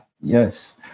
yes